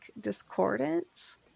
discordance